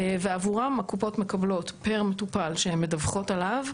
ועבורם הקופות מקבלות פר מטופל שהן מדווחות עליו,